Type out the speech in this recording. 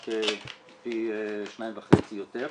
רק פי שניים וחצי יותר.